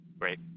Great